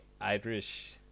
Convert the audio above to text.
Irish